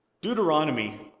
Deuteronomy